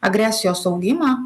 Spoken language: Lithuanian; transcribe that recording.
agresijos augimą